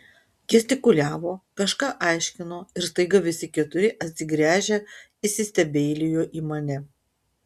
gestikuliavo kažką aiškino ir staiga visi keturi atsigręžę įsistebeilijo į mane